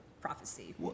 Prophecy